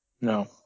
No